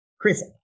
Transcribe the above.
Chris